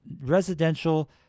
residential